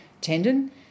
tendon